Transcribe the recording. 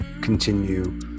continue